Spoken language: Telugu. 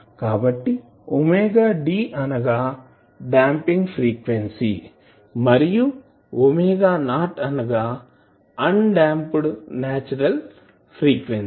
కాబట్టి ⍵d అనగా డాంపింగ్ ఫ్రీక్వెన్సీ మరియు ⍵0 అనగా ఆన్ డాంప్డ్ నేచురల్ ఫ్రీక్వెన్సీ